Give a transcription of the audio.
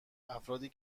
افرادی